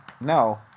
No